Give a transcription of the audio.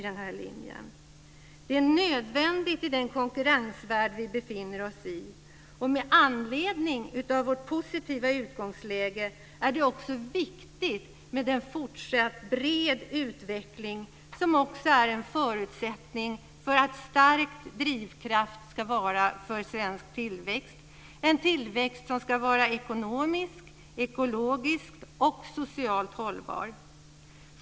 Det är nödvändigt, i den konkurrensvärld vi befinner oss i och med anledning av vårt positiva utgångsläge, med en fortsatt bred utveckling som också är en förutsättning för en stark drivkraft för svensk tillväxt, en tillväxt som ska vara ekonomiskt, ekologiskt och socialt hållbar.